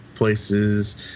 Places